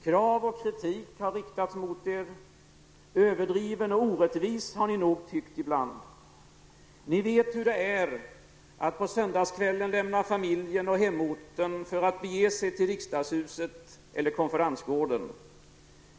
Krav och kritik har riktats mot er. Överdriven och orättvis har ni nog tyckt ibland. Ni vet hur det är att på söndagskvällen lämna familjen och hemorten för att bege sig till riksdagshuset eller till konferensgården.